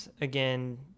again